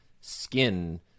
skin